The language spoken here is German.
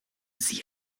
sie